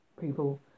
people